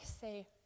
say